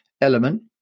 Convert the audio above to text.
element